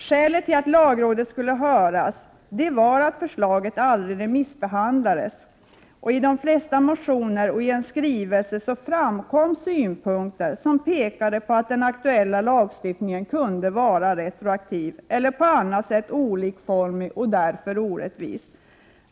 Skälet till att lagrådet skulle höras var att förslaget aldrig remissbehandlades. I de flesta motionerna och i en skrivelse framkom synpunkter som pekade på att den aktuella lagstiftningen kunde vara retroaktiv eller på annat sätt olikformig och därför orättvis.